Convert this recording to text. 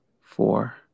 four